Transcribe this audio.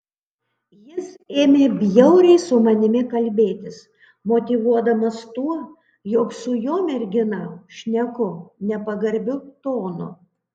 jis ėmė bjauriai su manimi kalbėtis motyvuodamas tuo jog su jo mergina šneku nepagarbiu tonu